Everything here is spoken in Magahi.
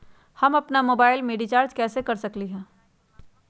हम अपन मोबाइल में रिचार्ज कैसे कर सकली ह?